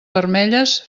vermelles